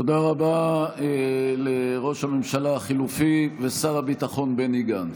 תודה רבה לראש הממשלה החלופי ושר הביטחון בני גנץ.